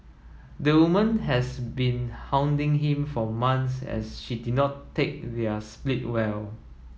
the woman has been hounding him for months as she did not take their split well